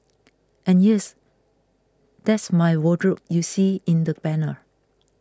and yes that's my wardrobe you see in the banner